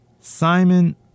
Simon